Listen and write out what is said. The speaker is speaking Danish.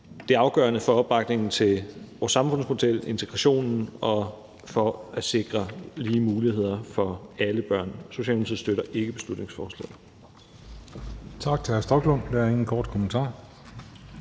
Det er afgørende for opbakningen til vores samfundsmodel, for integrationen og for at sikre lige muligheder for alle børn. Socialdemokratiet støtter ikke beslutningsforslaget.